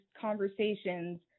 conversations